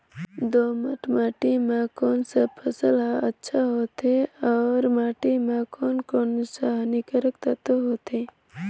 दोमट माटी मां कोन सा फसल ह अच्छा होथे अउर माटी म कोन कोन स हानिकारक तत्व होथे?